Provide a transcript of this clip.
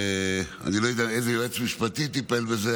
אני לא יודע איזה יועץ משפטי טיפל בזה,